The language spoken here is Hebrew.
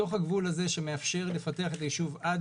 בתוך הגבול הזה שמאפשר לפתח את היישוב עד